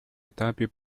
этапе